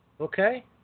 Okay